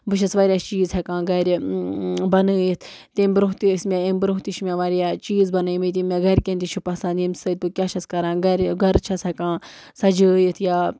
بہٕ چھَس واریاہ چیٖز ہٮ۪کان گَرِ بنٲیِتھ تَمہِ برٛونٛہہ تہِ ٲسۍ مےٚ أمۍ برٛونٛہہ تہِ چھِ مےٚ واریاہ چیٖز بنٲیمٕتۍ یِم مےٚ گَرِکٮ۪ن تہِ چھِ پسنٛد ییٚمہِ سۭتۍ بہٕ کیٛاہ چھَس کران گَرِ گَرٕ چھَس ہٮ۪کان سجٲیِتھ یا